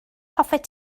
hoffet